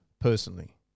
personally